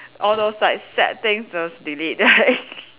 all those like sad things just delete right